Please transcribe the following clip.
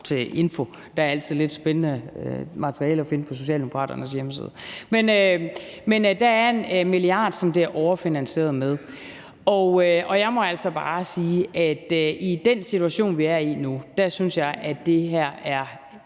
til info. Der er altid lidt spændende materiale at finde på Socialdemokraternes hjemmeside. Men der er 1 mia. kr., som det er overfinansieret med, og jeg må altså bare sige, at i den situation, vi er i nu, synes jeg, at det er